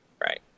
Right